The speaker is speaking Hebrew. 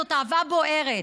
זאת אהבה בוערת.